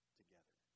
together